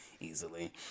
easily